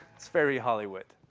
it's very hollywood.